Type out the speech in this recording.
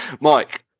mike